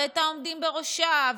את העומדים בראשה,